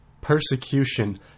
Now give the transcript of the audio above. Persecution